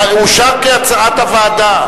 אושר כהצעת הוועדה.